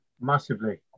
Massively